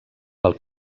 pel